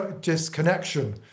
disconnection